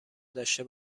داشته